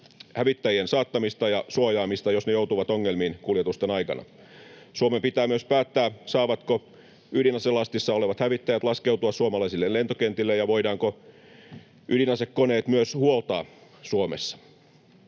hävittäjien saattamista ja suojaamista, jos ne joutuvat ongelmiin kuljetusten aikana. Suomen pitää myös päättää, saavatko ydinaselastissa olevat hävittäjät laskeutua suomalaisille lentokentille ja voidaanko ydinasekoneet myös huoltaa Suomessa.